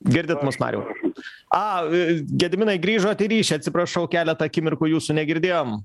girdit mus mariaus a gediminai grįžot į ryšį atsiprašau keletą akimirkų jūsų negirdėjom